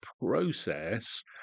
process